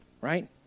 right